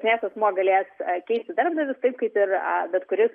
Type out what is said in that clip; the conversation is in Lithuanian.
nes asmuo galės keisti darbdavius taip kaip ir bet kuris